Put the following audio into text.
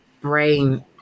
brain